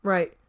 Right